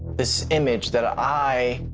this image that ah i,